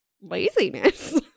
laziness